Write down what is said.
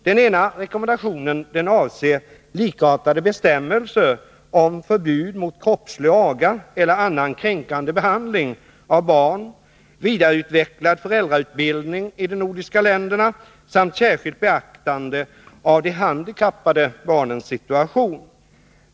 Den ena rekommendationen avser likartade bestämmelser om förbud mot kroppslig aga eller annan kränkande behandling av barn, vidareutvecklad föräldrautbildning i de nordiska länderna samt särskilt beaktande av handikappade barns situation.